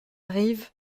rive